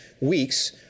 weeks